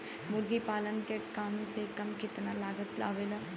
मुर्गी पालन में कम से कम कितना लागत आवेला?